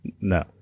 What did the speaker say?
No